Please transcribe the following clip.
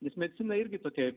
nes medicina irgi tokia